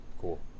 cool